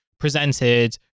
presented